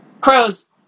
Crows